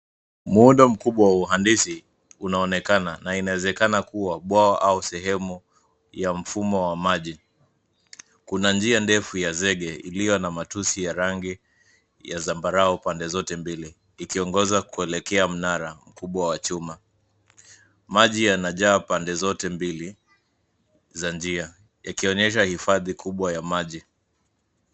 Muundo mkubwa wa uhandisi unaonekana, na inawezekana kuwa bwawa au sehemu ya mfumo wa maji. Kuna njia ndefu ya zege iliyo na matusi ya rangi ya zambarau pande zote mbili, ikiongozwa kuelekea mnara mkubwa wa chuma. Maji yanajaa pande zote mbili za njia yakionyesha hifadhi kubwa ya maji.